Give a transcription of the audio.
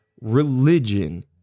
religion